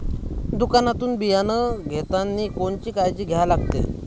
दुकानातून बियानं घेतानी कोनची काळजी घ्या लागते?